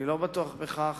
אני לא בטוח בכך.